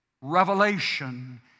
revelation